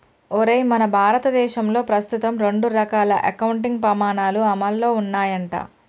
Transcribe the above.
ఒరేయ్ మన భారతదేశంలో ప్రస్తుతం రెండు రకాల అకౌంటింగ్ పమాణాలు అమల్లో ఉన్నాయంట